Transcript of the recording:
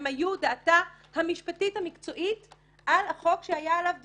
הם היו דעתה המשפטית המקצועית על החוק שהיה עליו דיון,